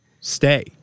stay